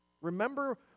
Remember